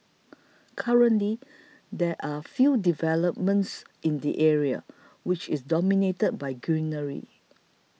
currently there are few developments in the area which is dominated by greenery